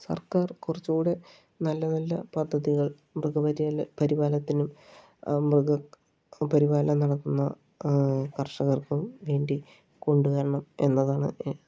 സർക്കാർ കുറച്ചുകൂടി നല്ല നല്ല പദ്ധതികൾ മൃഗപരി പരിപാലനത്തിനും മൃഗപരിപാലനം നടത്തുന്ന കർഷകർക്കും വേണ്ടി കൊണ്ടുവരണം എന്നതാണ്